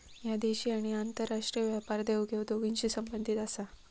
ह्या देशी आणि आंतरराष्ट्रीय व्यापार देवघेव दोन्हींशी संबंधित आसा